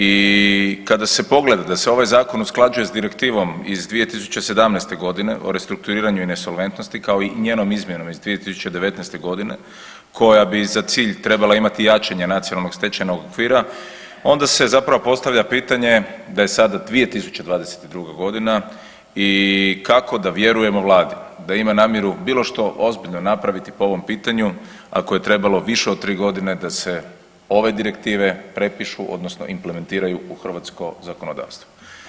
I kada se pogleda da se ovaj zakon usklađuje s direktivom iz 2017.g. o restrukturiranju i nesolventnosti kao i njenom izmjenom iz 2019.g. koja bi za cilj trebala imati jačanje nacionalnog stečajnog okvira onda se zapravo postavlja pitanje da je sad 2022.g. i kako da vjerujemo Vladi da ima namjeru bilo što ozbiljno napraviti po ovom pitanju ako je trebalo više od tri godine da se ove direktive prepišu odnosno implementiraju u hrvatsko zakonodavstvo.